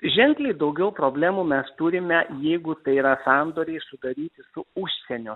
ženkliai daugiau problemų mes turime jeigu tai yra sandoriai sudaryti su užsienio